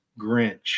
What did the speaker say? Grinch